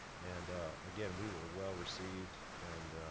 and again, we were well received. and